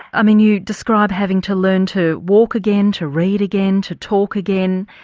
i mean you describe having to learn to walk again, to read again, to talk again.